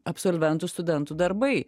absolventų studentų darbai